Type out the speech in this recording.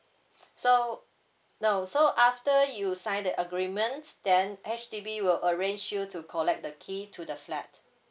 so no so after you sign the agreement then H_D_B will arrange you to collect the key to the flat